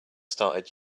started